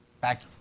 Back